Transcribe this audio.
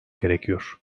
gerekiyor